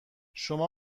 شما